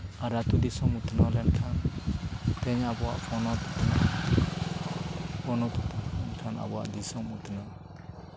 ᱟᱨ ᱟᱹᱛᱩ ᱫᱤᱥᱚᱢ ᱩᱛᱱᱟᱹᱣ ᱞᱮᱱᱠᱷᱟᱱ ᱛᱮᱦᱤᱧ ᱟᱵᱚᱣᱟᱜ ᱯᱚᱱᱚᱛ ᱯᱚᱱᱚᱛ ᱢᱮᱱᱠᱷᱟᱱ ᱟᱵᱚᱣᱟᱜ ᱫᱤᱥᱚᱢ ᱩᱛᱱᱟᱹᱣ